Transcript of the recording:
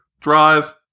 drive